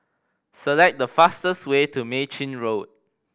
select the fastest way to Mei Chin Road